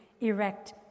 erect